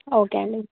okay అండి